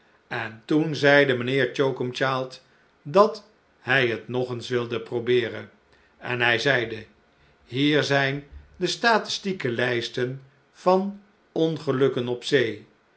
en toen zeide mijnheer choakumchild dat hij het nog eens wilde probeeren en hij zeide hier zijn de statistieke lijsten van ongelukken op zee